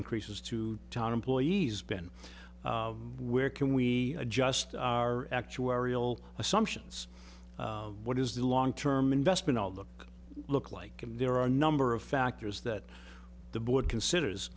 increases to town employees been where can we adjust our actuarial assumptions what is the long term investment outlook look like there are a number of factors that the board considers